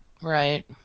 right